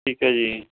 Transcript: ਠੀਕ ਹੈ ਜੀ